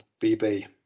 BB